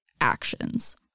actions